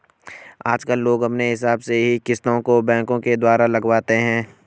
आजकल लोग अपने हिसाब से ही किस्तों को बैंकों के द्वारा लगवाते हैं